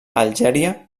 algèria